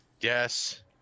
yes